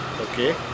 Okay